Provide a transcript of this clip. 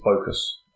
focus